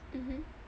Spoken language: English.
mmhmm